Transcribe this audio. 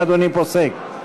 מה אדוני פוסק?